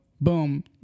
Boom